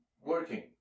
Working